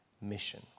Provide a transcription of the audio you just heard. mission